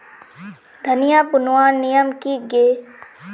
धनिया बूनवार नियम की गे?